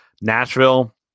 Nashville